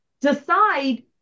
decide